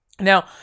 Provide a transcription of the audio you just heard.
Now